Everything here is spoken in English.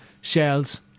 Shells